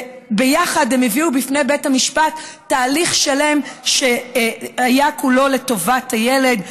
וביחד הם הביאו בפני בית המשפט תהליך שלם שהיה כולו לטובת הילד,